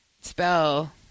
spell